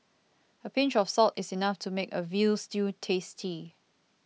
a pinch of salt is enough to make a Veal Stew tasty